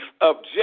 objective